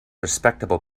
respectable